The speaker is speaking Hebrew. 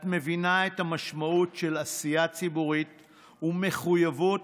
את מבינה את המשמעות של עשייה ציבורית ומחויבות